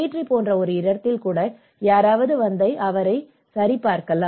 D போன்ற ஒரு இடத்தில் கூட யாராவது வந்து அதைச் சரிபார்க்கலாம்